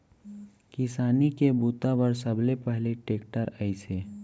किसानी के बूता बर सबले पहिली टेक्टर आइस हे